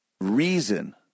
reason